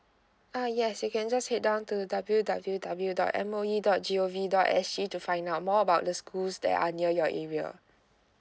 uh yes you can just head down to W W W dot M O E dot G O V dot S G to find out more about the schools that are near your area